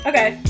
Okay